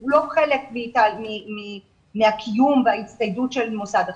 הוא לא חלק מהקיום וההצטיידות של מוסד החינוך.